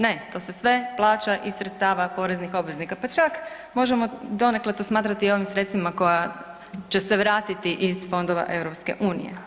Ne, to se sve plaća iz sredstava poreznih obveznika pa čak možemo donekle to smatrati i ovim sredstvima koja će se vratiti iz fondova EU.